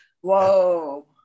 Whoa